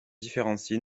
différencie